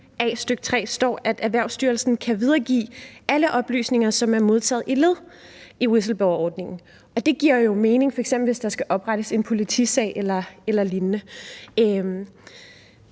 a, stk. 3, står, at Erhvervsstyrelsen kan videregive alle oplysninger, som er modtaget i led af whistleblowerordningen, og det giver jo mening, hvis der f.eks. skal oprettes en politisag eller lignende. Men